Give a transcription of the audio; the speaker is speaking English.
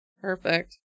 Perfect